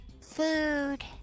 Food